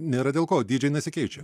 nėra dėl ko dydžiai nesikeičia